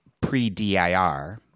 pre-DIR